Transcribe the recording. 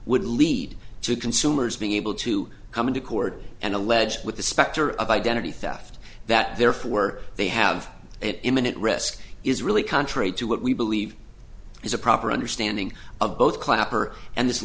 would lead to consumers being able to come into court and allege with the specter of identity theft that therefore were they have and imminent risk is really contrary to what we believe is a proper understanding of both clapper and this